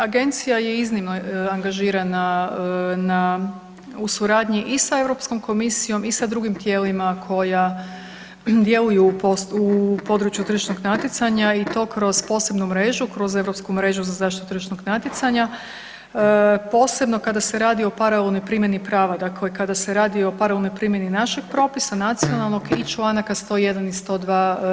Agencija je iznimno angažirana u suradnji i sa Europskom komisijom i sa drugim tijelima koja djeluju u području tržišnog natjecanja i to kroz posebnu mrežu, kroz Europsku mrežu za zaštitu tržišnog natjecanja, posebno kada se radi o paralelnoj primjeni prava, dakle kada se radi o paralelnoj primjeni našeg propisa nacionalnog i čl. 101. i 102.